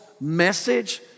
message